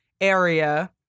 area